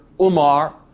Umar